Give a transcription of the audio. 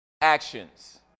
actions